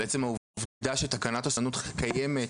בעצם העובדה שתקנת הסובלנות קיימת,